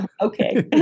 okay